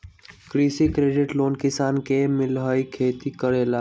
कृषि credit loan किसान के मिलहई खेती करेला?